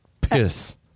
piss